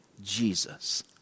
Jesus